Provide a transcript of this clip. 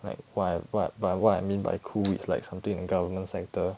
like wha~ wha~ by what I mean by cool is like something in government sector